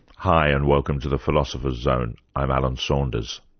hi, and welcome to the philosopher's zone. i'm alan saunders.